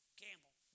gamble